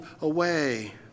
away